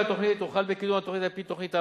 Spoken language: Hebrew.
התוכנית הוחל בקידום התוכניות על-פי תוכנית העבודה,